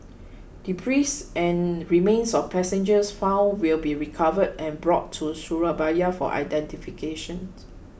Debris and remains of passengers found will be recovered and brought to Surabaya for identification